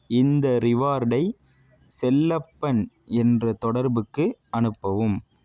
இந்த ரிவார்டை செல்லப்பன் என்ற தொடர்புக்கு அனுப்பவும்